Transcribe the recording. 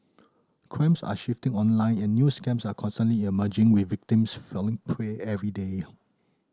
crimes are shifting online and new scams are constantly emerging with victims falling prey every day